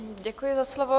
Děkuji za slovo.